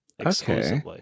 Okay